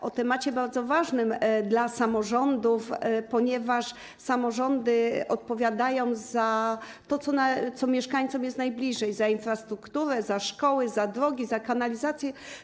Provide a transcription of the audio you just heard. To temat bardzo ważny dla samorządów, ponieważ samorządy odpowiadają za to, co mieszkańcom jest najbliższe: za infrastrukturę, za szkoły, za drogi, za kanalizację.